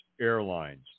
Airlines